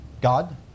God